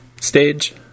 stage